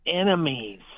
enemies